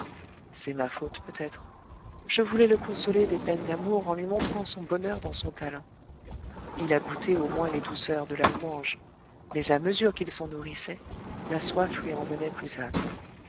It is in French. c'est ma faute peut-être je voulais le consoler des peines d'amour en lui montrant son bonheur dans son talent il a goûté au moins les douceurs de la louange mais à mesure qu'il s'en nourrissait la soif lui en venait plus acre